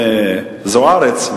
זוארץ,